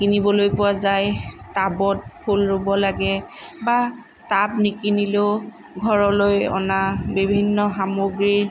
কিনিবলৈ পোৱা যায় টাবত ফুল ৰুব লাগে বা টাব নিকিনিলেও ঘৰলৈ অনা বিভিন্ন সামগ্ৰীৰ